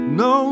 no